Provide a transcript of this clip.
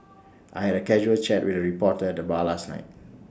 I had A casual chat with A reporter at the bar last night